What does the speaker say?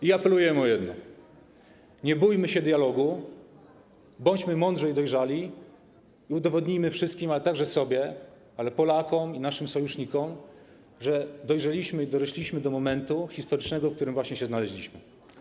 I apelujemy o jedno: nie bójmy się dialogu, bądźmy mądrzy i dojrzali i udowodnijmy wszystkim, ale także sobie, Polakom i naszym sojusznikom, że dojrzeliśmy i dorośliśmy do historycznego momentu, w którym właśnie się znaleźliśmy.